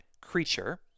creature